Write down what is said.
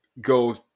go